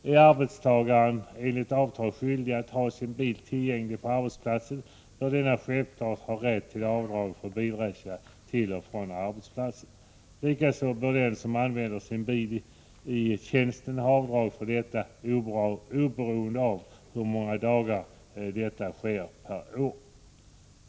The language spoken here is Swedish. Är arbetstagaren enligt avtal skyldig att ha sin bil tillgänglig på arbetsplatsen, bör denne självfallet ha rätt till avdrag för bilresa till och från arbetsplatsen. Likaså bör den som använder sin bil i tjänsten ha rätt till avdrag för detta, oberoende av hur många dagar detta sker per år.